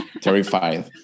terrified